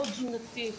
לא תזונתית,